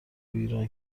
ایران